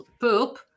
poop